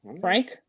Frank